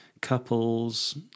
couples